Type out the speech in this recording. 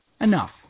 Enough